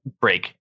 break